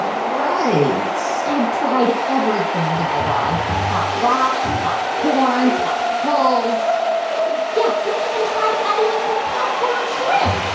right i've tried everything, guy raz pop rocks, popcorn, popsicles yeah, we even tried adding in some popcorn shrimp.